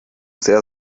sehr